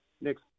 next